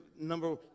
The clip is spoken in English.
number